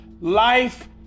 Life